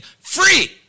free